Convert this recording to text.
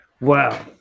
Wow